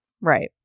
Right